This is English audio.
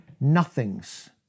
nothings